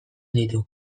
ditu